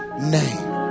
name